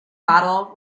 model